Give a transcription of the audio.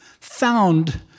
found